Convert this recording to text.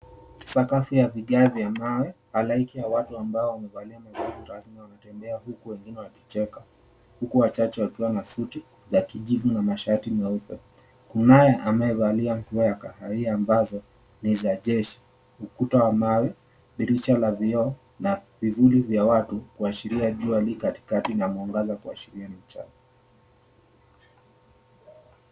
Sakafu ya vigae vya mawe, halaiki ya waku ambao wamevalia nguo za rasmi wanatembea huku wengine wakicheka, huku wachache wakiwa na suti za kijivu na mashati meupe. Kunaye amevalia nguo ya kahawia ambazo ni za jeshi. Ukuta wa mawe, dirisha la vioo na vivuli vya watu kuashiria jua li katikati na mwangaza kuashiria mchana.